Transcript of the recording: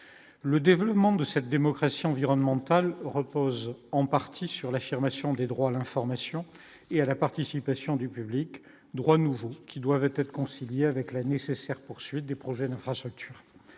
le développement de cette démocratie environnementale repose en partie sur l'affirmation des droits, l'information et à la participation du public droits nouveaux qui doivent être concilié avec la nécessaire poursuite des projets d'infrastructures